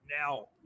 Now –